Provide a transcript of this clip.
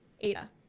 Ada